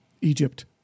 Egypt